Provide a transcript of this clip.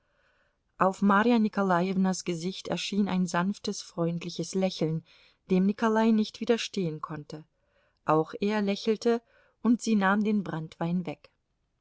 auf marja nikolajewnas gesicht erschien ein sanftes freundliches lächeln dem nikolai nicht widerstehen konnte auch er lächelte und sie nahm den branntwein weg